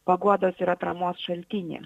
paguodos ir atramos šaltinį